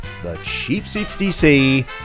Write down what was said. thecheapseatsdc